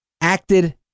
acted